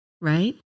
right